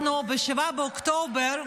אנחנו ב-7 באוקטובר,